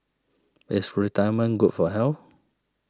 is retirement good for health